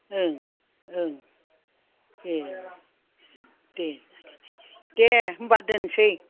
ओं ओं ए दे दे होनबा दोननोसै